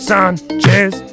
Sanchez